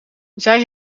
zij